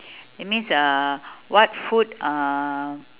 that means uh what food uh